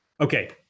Okay